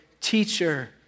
teacher